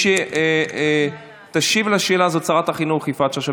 מי שתשיב על השאלה היא שרת החינוך יפעת שאשא